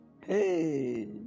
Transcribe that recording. Hey